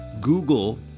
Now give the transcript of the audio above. Google